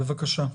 בבקשה.